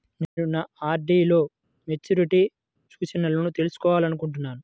నేను నా ఆర్.డీ లో మెచ్యూరిటీ సూచనలను తెలుసుకోవాలనుకుంటున్నాను